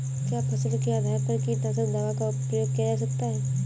क्या फसल के आधार पर कीटनाशक दवा का प्रयोग किया जाता है?